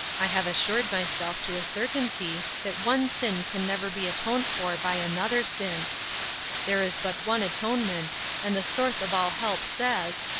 i have assured myself to a certainty that one sin can never be atoned for by another sin there is but one atonement and the source of all help says,